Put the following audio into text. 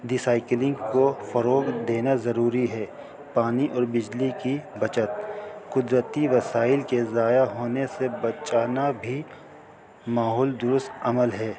ڈیسائیکلنگ کو فروغ دینا ضروری ہے پانی اور بجلی کی بچت قدرتی وسائل کے ضائع ہونے سے بچانا بھی ماحول درست عمل ہے